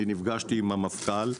אני נפגשתי עם המפכ"ל,